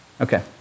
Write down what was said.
Okay